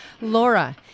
Laura